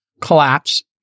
collapse